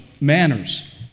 manners